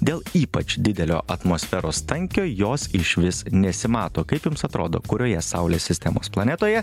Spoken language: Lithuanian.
dėl ypač didelio atmosferos tankio jos išvis nesimato kaip jums atrodo kurioje saulės sistemos planetoje